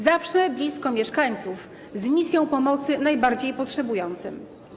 Zawsze blisko mieszkańców, z misją pomocy najbardziej potrzebującym.